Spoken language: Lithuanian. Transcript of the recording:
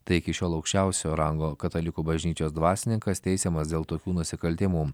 tai iki šiol aukščiausio rango katalikų bažnyčios dvasininkas teisiamas dėl tokių nusikaltimų